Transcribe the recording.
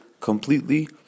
completely